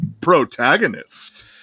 protagonist